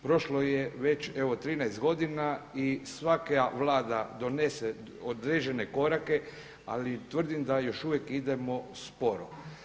Prošlo je već evo 13 godina i svaka vlada donese određene korake, ali tvrdim da još uvijek idemo sporo.